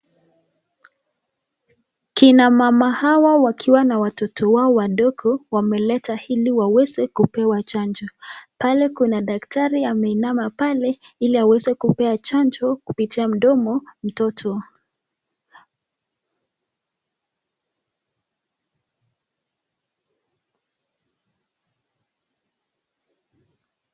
Kina mama hawa wakiwa na watoto wao wadogo wameleta ili waweze kupewa chanjo, pale kuna daktari ameinama pale ili aweze kupea chanjo kupitia mdomo mtoto.